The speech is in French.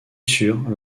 sur